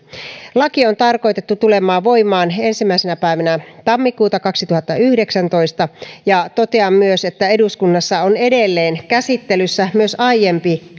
laki on tarkoitettu tulemaan voimaan ensimmäisenä päivänä tammikuuta kaksituhattayhdeksäntoista totean myös että eduskunnassa on edelleen käsittelyssä myös aiempi